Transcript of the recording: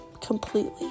completely